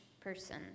person